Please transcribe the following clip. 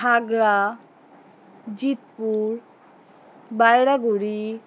Khagra Jitpur Bairaguri